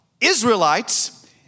Israelites